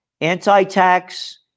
Anti-tax